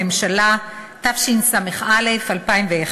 לחוק הממשלה, התשס"א 2001,